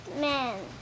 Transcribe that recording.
man